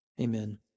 Amen